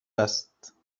است